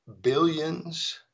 billions